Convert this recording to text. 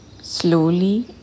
Slowly